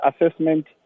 assessment